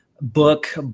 book